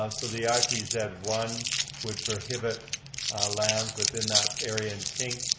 um so the i p z one would prohibit lands, within that area in pink,